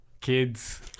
Kids